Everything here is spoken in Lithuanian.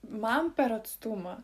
man per atstumą